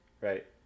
right